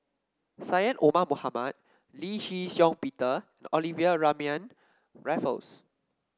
Syed Omar Mohamed Lee Shih Shiong Peter Olivia Mariamne Raffles